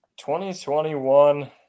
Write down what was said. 2021